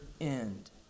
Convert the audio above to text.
end